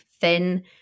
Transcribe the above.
thin